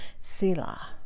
sila